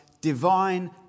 divine